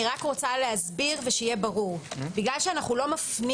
אני רוצה להסביר ושיהיה ברור בגלל שאנחנו לא מפנים